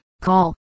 Call